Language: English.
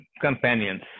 companions